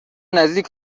نزدیک